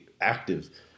active